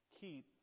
Keep